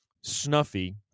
snuffy